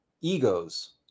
Egos